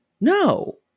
no